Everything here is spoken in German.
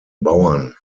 bauern